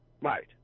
Right